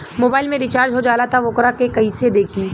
Mobile में recharge हो जाला त वोकरा के कइसे देखी?